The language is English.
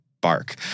bark